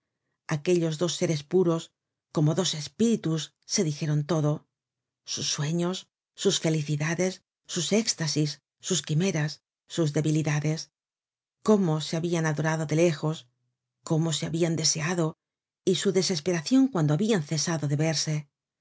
aquellos dos séres puros como dos espíritus se dijeron todo sus sueños sus felicidades sus éxtasis sus quimeras sus debilidades cómo se habian adorado de lejos cómo se habian deseado y su desesperacion cuando habian cesado de verse